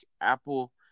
Apple